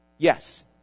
Yes